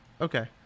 okay